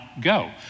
go